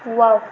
wow